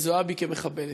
לזועבי, כמחבלת.